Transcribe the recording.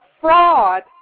fraud